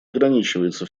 ограничивается